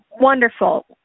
wonderful